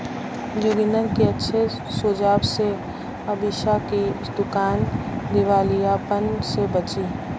जोगिंदर के अच्छे सुझाव से अमीषा की दुकान दिवालियापन से बची